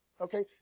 okay